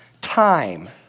Time